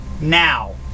now